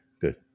good